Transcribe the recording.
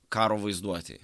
karo vaizduotėj